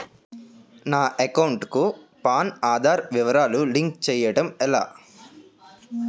నా అకౌంట్ కు పాన్, ఆధార్ వివరాలు లింక్ చేయటం ఎలా?